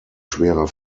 schwerer